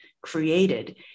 created